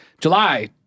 July